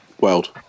world